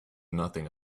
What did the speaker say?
nothing